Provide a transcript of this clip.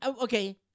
Okay